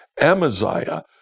Amaziah